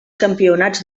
campionats